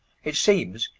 it seems,